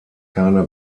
keine